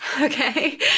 Okay